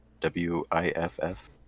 W-I-F-F